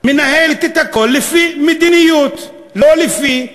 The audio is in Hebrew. מנהלת את הכול לפי מדיניות, לא לפי הדמוקרטיה,